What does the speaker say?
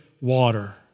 water